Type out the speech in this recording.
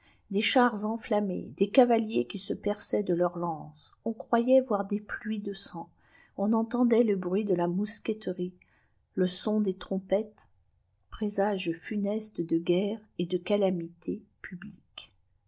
des chars enflammés des cavaliers qui se perçaient de leurs lances on croyait voir des au es de sang on entendait le bniit de la mousqueterie le sm des trompettes prges funestes de guerre et de calamités pu